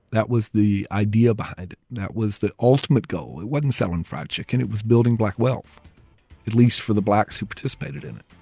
that was the idea behind it that was the ultimate goal. it wasn't selling fried chicken it was building black wealth at least for the blacks who participated in it